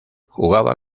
jugaba